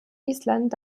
island